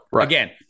again